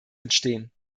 entstehen